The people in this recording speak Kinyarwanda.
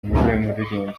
umuririmbyi